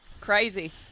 Crazy